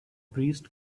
priest